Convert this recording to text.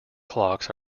clocks